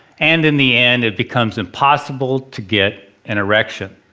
and in the end it becomes impossible to get an erection.